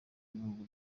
w’ibihugu